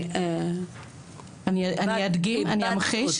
אני אמחיש,